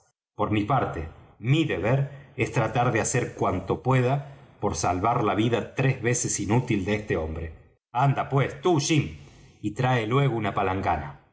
por mi parte mi deber es tratar de hacer cuanto pueda por salvar la vida tres veces inútil de este hombre anda pues tú jim y trae luego una palangana